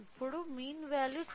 ఇప్పుడు mean value 2